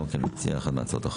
שהוא גם אחד ממציעי הצעת החוק,